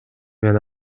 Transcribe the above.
мен